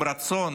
עם רצון